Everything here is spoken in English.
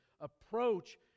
approach